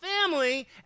family